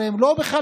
הרי הם לא בחל"ת,